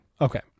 Okay